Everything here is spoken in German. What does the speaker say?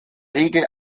regel